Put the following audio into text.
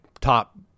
top